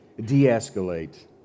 de-escalate